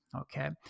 okay